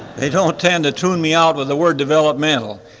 they don't tend to tune me out with the word developmental.